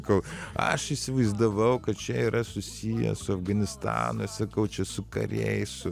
ką aš įsivaizdavau kad čia yra susiję su afganistanu sakau čia su kariais